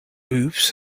oops